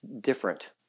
different